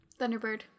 Thunderbird